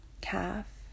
calf